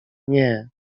nie